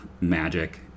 magic